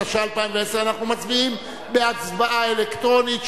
התשע"א 2010 - אנחנו מצביעים בהצבעה אלקטרונית,